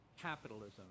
capitalism